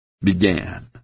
Began